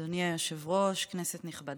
אדוני היושב-ראש, כנסת נכבדה,